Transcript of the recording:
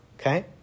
okay